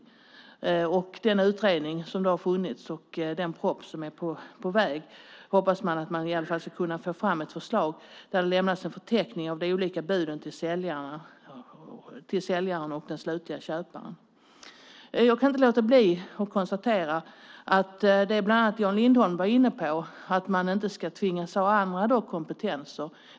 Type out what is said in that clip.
Man hoppas att med hjälp av den utredning som har gjorts och den proposition som är på väg att få fram förslag om att upprätta en förteckning över de olika buden till säljaren och den slutliga köparen. Jag kan inte låta bli att konstatera att jag inte riktigt delar den uppfattning som bland annat Jan Lindholm var inne på att man inte ska tvingas ha andra kompetenser.